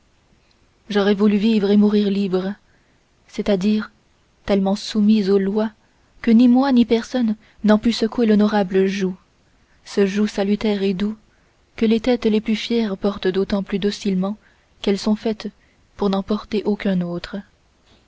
j'aurais voulu vivre et mourir libre c'est-à-dire tellement soumis aux lois que ni moi ni personne n'en pût secouer l'honorable joug ce joug salutaire et doux que les têtes les plus fières portent d'autant plus docilement qu'elles sont faites pour n'en porter aucun autre